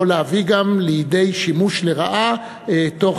יכול להביא גם לידי שימוש לרעה תוך